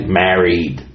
married